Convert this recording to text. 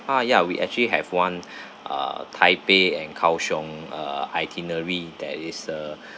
ah ya we actually have one uh taipei and kaoshiung uh itinerary that is a